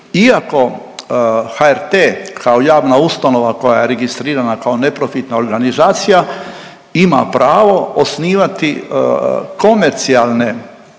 iako HRT kao javna ustanova koja je registrirana kao neprofitna organizacija ima pravo osnivati komercijalne